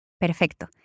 Perfecto